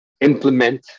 implement